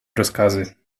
rozkazy